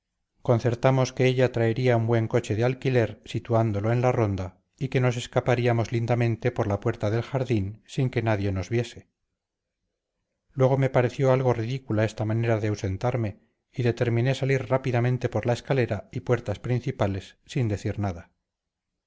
concertamos que ella traería un buen coche de alquiler situándolo en la ronda y que nos escaparíamos lindamente por la puerta del jardín sin que nadie nos viese luego me pareció algo ridícula esta manera de ausentarme y determiné salir rápidamente por la escalera y puertas principales sin decir nada